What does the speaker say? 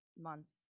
months